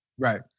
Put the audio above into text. Right